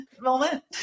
moment